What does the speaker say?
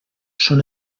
són